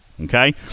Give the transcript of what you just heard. Okay